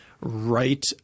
right